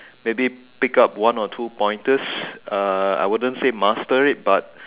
maybe pick up one or two pointers uh I wouldn't say master it but